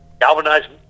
galvanizing